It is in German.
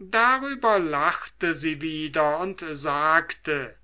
darüber lachte sie wieder und sagte